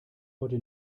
heute